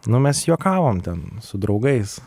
nu mes juokavom ten su draugais